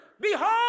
Behold